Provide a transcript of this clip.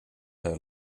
her